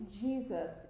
Jesus